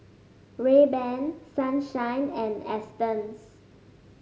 Rayban Sunshine and Astons